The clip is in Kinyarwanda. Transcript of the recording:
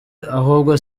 ahubwo